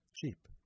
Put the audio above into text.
cheap